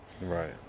Right